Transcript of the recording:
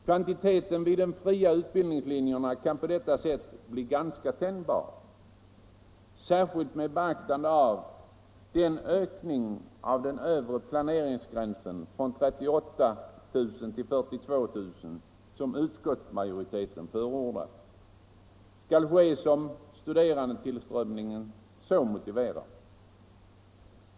Kvantiteten vid de fria utbildningslinjerna kan på detta sätt bli ganska tänjbar — särskilt med beaktande av att en ökning av den övre planeringsgränsen från 38 000 till 42 000, som utskottsmajoriteten förordat, skall ske om studerandetillströmningen så motiverar.